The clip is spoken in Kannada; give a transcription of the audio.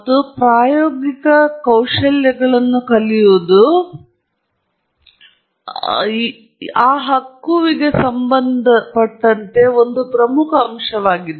ಮತ್ತು ಪ್ರಾಯೋಗಿಕ ಕೌಶಲ್ಯಗಳನ್ನು ಕಲಿಯುವುದು ಆ ಹಕ್ಕುಗೆ ಸಂಬಂಧಿಸಿದ ಒಂದು ಪ್ರಮುಖ ಅಂಶವಾಗಿದೆ